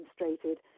demonstrated